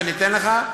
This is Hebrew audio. שאני אתן לך אותו,